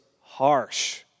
harsh